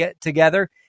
together